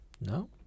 No